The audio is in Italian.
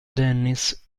dennis